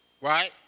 Right